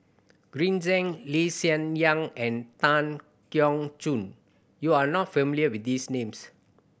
Green Zeng Lee Hsien Yang and Tan Keong Choon you are not familiar with these names